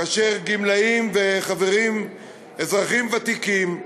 כאשר גמלאים וחברים, אזרחים ותיקים,